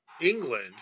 England